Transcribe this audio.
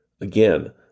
again